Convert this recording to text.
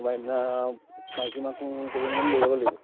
কোনোবা দিনা মাইকী মানুহ কেইজনীমান লৈ যাব লাগিব